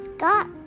Scott